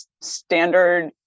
standard